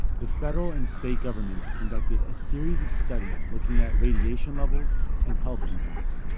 the federal and state governments conducted a series of studies looking at radiation levels and health impacts.